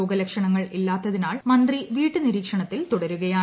രോഗലക്ഷണങ്ങൾ ഇല്ലാത്തതിനാൽ മന്ത്രി വീട്ടുനിരീക്ഷണത്തിൽ തുടരുകയാണ്